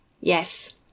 Yes